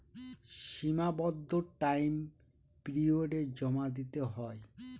সীমাবদ্ধ টাইম পিরিয়ডে জমা দিতে হয়